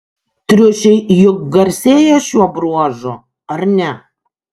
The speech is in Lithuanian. triušiai juk garsėja šiuo bruožu ar ne